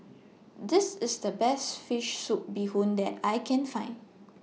This IS The Best Fish Soup Bee Hoon that I Can Find